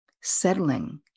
settling